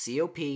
cop